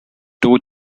two